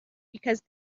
because